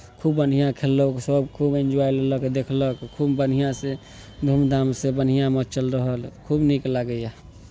खूब बढ़िआँ खेललक सभ खूब एन्जॉय लेलक देखलक खूब बढ़िआँसँ धूमधामसँ बढ़िआँ मचल रहल खूब नीक लागैए